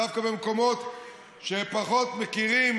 דווקא במקומות שפחות מכירים,